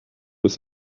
with